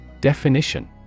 Definition